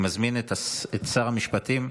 אני מזמין את שר המשפטים,